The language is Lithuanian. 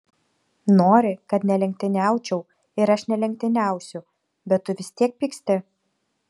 nori kad nelenktyniaučiau ir aš nelenktyniausiu bet tu vis tiek pyksti